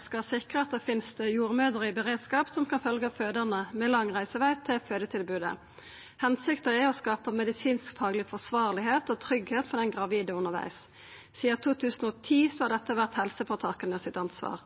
skal sikra at det finst jordmødrer i beredskap som kan følgja fødande med lang reiseveg til fødetilbodet. Hensikta er å skapa medisinsk-fagleg forsvarleg grunnlag og tryggleik for den gravide undervegs. Sidan 2010 har dette vore helseføretaka sitt ansvar.